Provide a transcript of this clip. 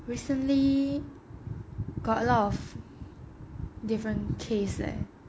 recently got a lot of different case